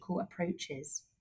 approaches